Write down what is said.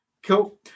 Cool